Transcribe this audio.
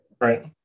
Right